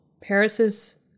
Paris's